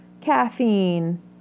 caffeine